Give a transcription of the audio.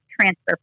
transfer